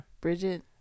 Bridget